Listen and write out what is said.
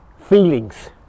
feelings